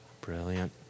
Brilliant